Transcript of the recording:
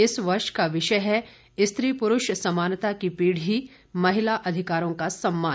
इस वर्ष का विषय है स्त्री पुरुष समानता की पीढ़ी महिला अधिकारों का सम्मान